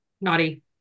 naughty